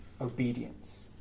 obedience